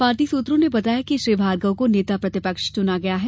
party सूत्रों ने बताया कि श्री भार्गव को नेता प्रतिपक्ष चुना गया है